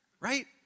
right